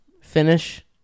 Finish